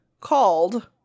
called